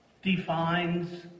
Defines